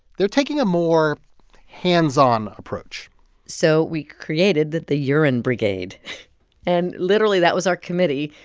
they're taking a more hands-on approach so we created that the urine brigade and literally, that was our committee.